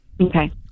Okay